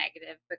negative